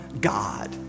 God